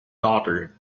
daughter